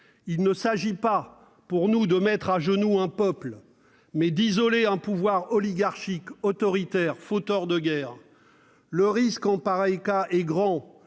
Il s'agit pour nous non pas de mettre à genoux un peuple, mais d'isoler un pouvoir oligarchique, autoritaire, fauteur de guerre. Le risque est grand,